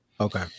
Okay